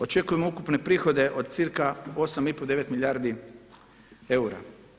Očekujemo ukupne prihode od cca 8,5, 9 milijardi eura.